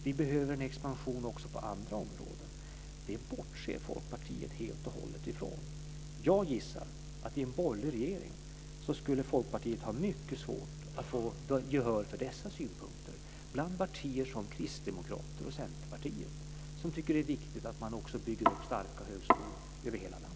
Vi behöver en expansion också på andra områden. Det bortser Folkpartiet helt och hållet ifrån. Jag gissar att i en borgerlig regering skulle Folkpartiet ha mycket svårt att få gehör för dessa synpunkter, bland partier som Kristdemokraterna och Centerpartiet, som tycker att det är viktigt att också bygga upp starka högskolor över hela landet.